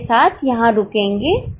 इसके साथ यहां रुकेंगे